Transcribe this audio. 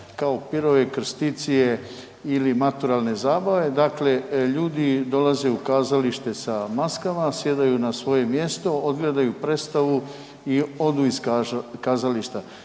kao pirove i krsticije ili maturalne zabave? Dakle ljudi dolaze u kazalište sa maskama, sjedaju na svoje mjesto, odgledaju predstavu i odu iz kazališta.